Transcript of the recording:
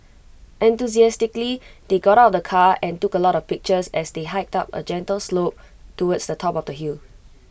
enthusiastically they got out of the car and took A lot of pictures as they hiked up A gentle slope towards the top of the hill